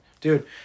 dude